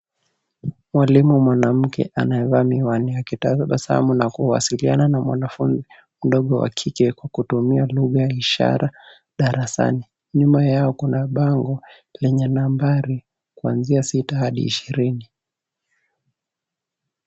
Mwalimu mwanamke anayevaa miwani akitabasamu na kuwasiliana na mwanafunzi mdogo wa kike kwa kutumia lugha ya ishara darasani. Nyuma yao kuna bango lenye nambari kuanzia sita hadi ishirini.